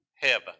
heaven